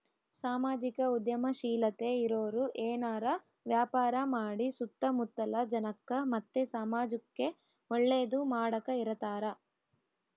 ಸಾಮಾಜಿಕ ಉದ್ಯಮಶೀಲತೆ ಇರೋರು ಏನಾರ ವ್ಯಾಪಾರ ಮಾಡಿ ಸುತ್ತ ಮುತ್ತಲ ಜನಕ್ಕ ಮತ್ತೆ ಸಮಾಜುಕ್ಕೆ ಒಳ್ಳೇದು ಮಾಡಕ ಇರತಾರ